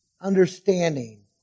understanding